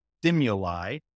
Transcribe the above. stimuli